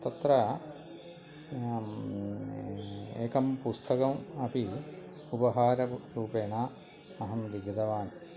तत्र एकं पुस्तकम् अपि उपहाररूपेण अहं लिखितवान्